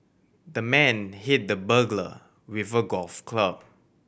the man hit the burglar with a golf club